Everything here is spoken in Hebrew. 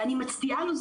ואני מצדיעה לו,